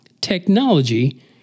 technology